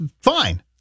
fine